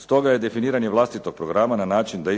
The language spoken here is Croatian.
Stoga je definiranje vlastitog programa na način da